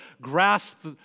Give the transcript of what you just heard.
grasp